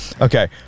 Okay